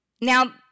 Now